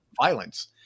violence